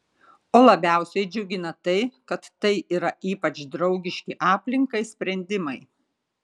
o labiausiai džiugina tai kad tai yra ypač draugiški aplinkai sprendimai